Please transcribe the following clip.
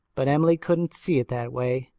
but emily couldn't see it that way.